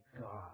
God